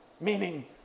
meaning